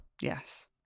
Yes